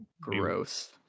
Gross